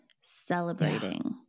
celebrating